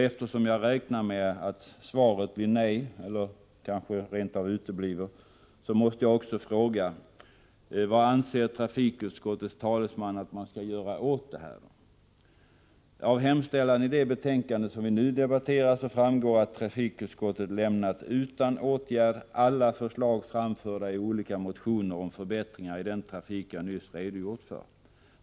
Eftersom jag Av hemställan i det betänkande som vi nu debatterar framgår att trafikutskottet lämnar utan åtgärd alla de förslag som framförts i olika motioner om förbättringar av den trafik som jag nyss har redogjort för.